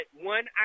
one